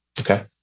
Okay